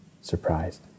surprised